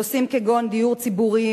נושאים כגון דיור ציבורי,